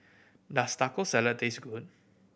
does Taco Salad taste good